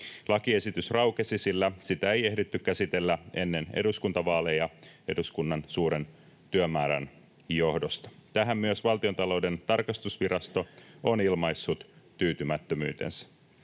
Lakiesitys raukesi, sillä sitä ei ehditty käsitellä ennen eduskuntavaaleja eduskunnan suuren työmäärän johdosta. Tähän myös Valtiontalouden tarkastusvirasto on ilmaissut tyytymättömyytensä.